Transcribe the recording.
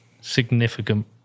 significant